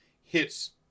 hits